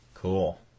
Cool